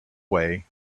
way